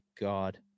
god